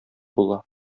була